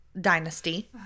dynasty